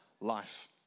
life